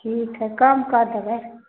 ठीक हइ कम कऽ देबै